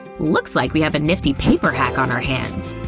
looks like we have a nifty paper hack on our hands!